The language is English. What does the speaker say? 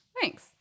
Thanks